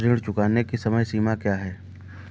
ऋण चुकाने की समय सीमा क्या है?